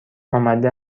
آمده